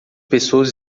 pessoas